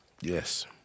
Yes